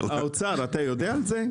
האוצר, אתה יודע על זה?